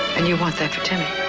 and you want that for timmy.